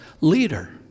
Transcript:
leader